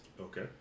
Okay